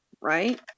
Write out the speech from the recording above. right